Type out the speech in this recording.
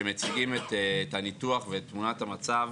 שמציגים את הניתוח ואת תמונת המצב